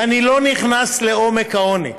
ואני לא נכנס לעומק העוני.